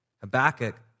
Habakkuk